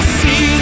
see